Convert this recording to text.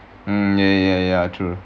ya ya ya true